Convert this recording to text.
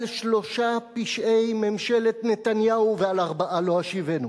על שלושה פשעי ממשלת נתניהו ועל ארבעה לא אשיבנו,